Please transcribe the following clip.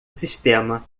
sistema